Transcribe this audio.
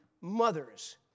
mothers